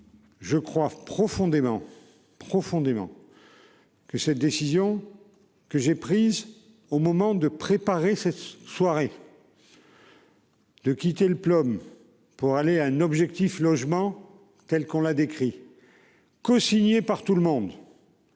Je crois profondément, profondément.-- Que cette décision. Que j'ai prise au moment de préparer cette soirée.-- De quitter le plan. Pour aller à un objectif logement telle qu'on la décrit. Cosigné par tout le monde.--